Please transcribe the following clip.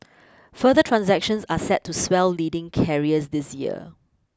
further transactions are set to swell leading carriers this year